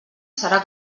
serà